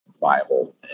viable